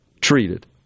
treated